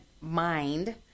mind